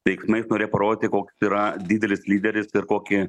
veiksmais norėjo parodyti koks yra didelis lyderis ir kokį